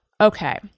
Okay